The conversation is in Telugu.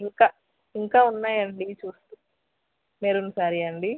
ఇంక ఇంకా ఉన్నాయండి చూస్తూ మెరూన్ శారీయా అండి